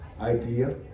idea